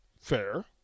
Fair